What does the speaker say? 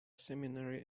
seminary